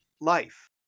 life